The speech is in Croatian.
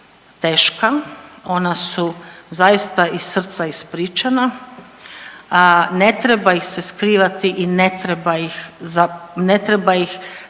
teška, ona su zaista iz srca ispričana. Ne treba ih se skrivati i ne treba ih za…,